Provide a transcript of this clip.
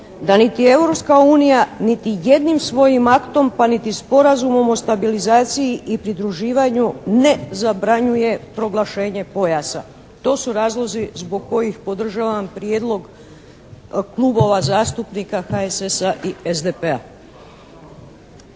da niti Europska unija niti jednim svojim aktom pa niti Sporazumom o stabilizaciji i pridruživanju ne zabranjuje proglašenje pojasa. To su razlozi zbog kojih podržavam prijedlog klubova zastupnika HSS-a i SDP-a.